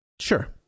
Sure